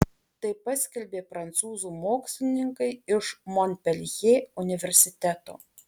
tai paskelbė prancūzų mokslininkai iš monpeljė universiteto